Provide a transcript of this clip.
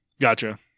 Gotcha